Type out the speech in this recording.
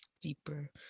deeper